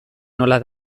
nola